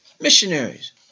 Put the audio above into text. missionaries